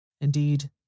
Indeed